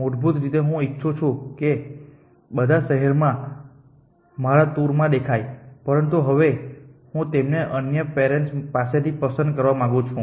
મૂળભૂત રીતે હું ઇચ્છું છું કે બધા શહેરો મારા ટૂર માં દેખાય પરંતુ હવે હું તેમને અન્ય પેરેન્ટ્સ પાસેથી પસંદ કરવા માંગુ છું